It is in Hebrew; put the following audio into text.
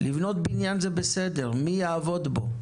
לבנות בניין זה בסדר, מי יעבוד בו?